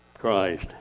Christ